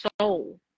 soul